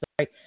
sorry